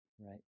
right